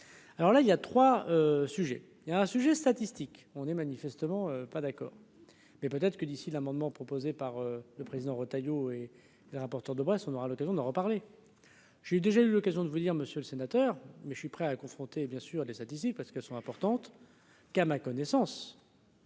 alors là il y a 3 sujets il y a un sujet statistique on est manifestement pas d'accord, mais peut-être que d'ici l'amendement proposé par le président Retailleau et rapporteur de Brest, on aura l'occasion d'en reparler j'ai déjà eu l'occasion de vous dire, monsieur le sénateur, mais je suis prêt à confronter bien sûr des parce qu'elles sont importantes qu'à ma connaissance.